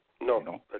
No